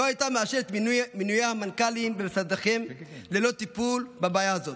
לא הייתה מאשרת את מינויי המנכ"לים במשרדיכם ללא טיפול בבעיה הזאת.